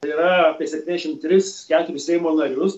tai yra apie septyniasdešimt tris keturis seimo narius